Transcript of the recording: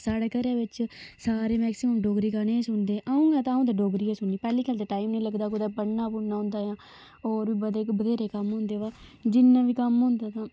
साढ़े घरा बिच सारे मैक्सीमम डोगरी गाने गै सुनदे अ'ऊं ते डोगरी गै सुनदी पैहली गल्ल ते टाइम नी लगदा कुतै पढ़ना पुढ़ना हुंदा जां होर बी बथ्हेरे कम्म होंदे तां जिन्ना बी कम्म होंदे तां